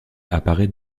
apparaît